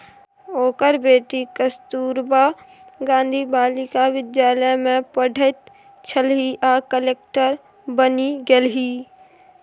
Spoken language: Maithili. ओकर बेटी कस्तूरबा गांधी बालिका विद्यालय मे पढ़ैत छलीह आ कलेक्टर बनि गेलीह